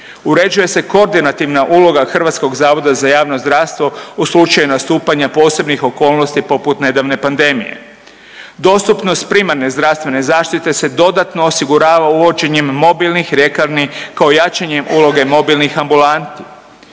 Uređuje se koordinativna uloga Hrvatskog zavoda za javno zdravstvo u slučaju nastupanja posebnih okolnosti poput nedavne pandemije. Dostupnost primarne zdravstvene zaštite se dodatno osigurava uvođenjem mobilnih ljekarni kao jačanjem uloge mobilnih ambulanti.